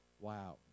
Wow